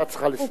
את צריכה לסיים.